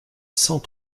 cent